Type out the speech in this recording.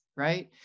right